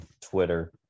Twitter